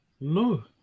no